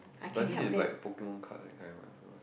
but this is like Pokemon card that kind what so